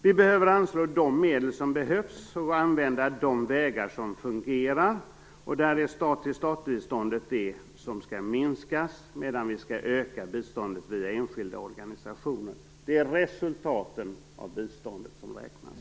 Vi behöver anslå de medel som behövs och använda de vägar som fungerar. Där är stat-till-statbiståndet det som skall minskas medan vi skall öka biståndet via enskilda organisationer. Det är resultaten av biståndet som räknas.